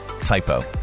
typo